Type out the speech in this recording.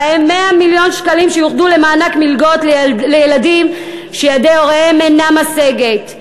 ובהם 100 מיליון שקלים שיוחדו למענק מלגות לילדים שיד הוריהם אינה משגת.